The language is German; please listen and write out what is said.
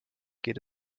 geht